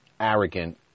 arrogant